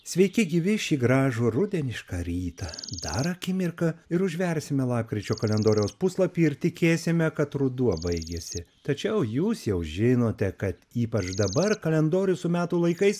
sveiki gyvi šį gražų rudenišką rytą dar akimirka ir užversime lapkričio kalendoriaus puslapį ir tikėsime kad ruduo baigėsi tačiau jūs jau žinote kad ypač dabar kalendorius su metų laikais